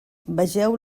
vegeu